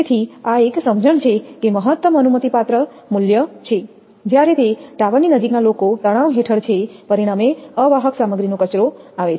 તેથી આ એક સમજણ છે કે તે મહત્તમ અનુમતિપાત્ર મૂલ્ય છે જ્યારે તે ટાવરની નજીકના લોકો તણાવ હેઠળ છે પરિણામે અવાહક સામગ્રીનો કચરો આવે છે